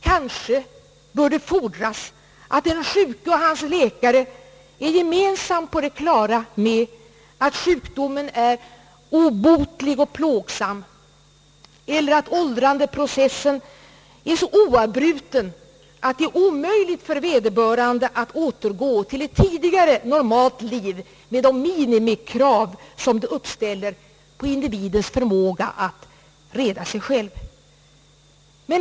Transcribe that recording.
Kanske bör det fordras att den sjuke och hans läkare är gemensamt på det klara med att sjukdomen är obotlig och plågsam eller att åldrandeprocessen är så oavbruten att det är omöjligt för vederbörande att återgå till ett tidigare normalt liv med de minimikrav som det uppställer på individens förmåga att reda sig själv.